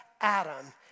Adam